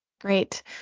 Great